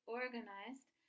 organized